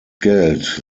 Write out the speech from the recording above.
geld